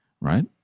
Right